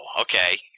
Okay